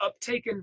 uptaken